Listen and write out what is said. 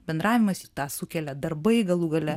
bendravimas tą sukelia darbai galų gale